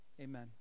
Amen